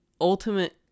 ultimate